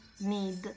need